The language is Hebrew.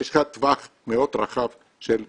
יש לך טווח מאוד רחב של מחירים.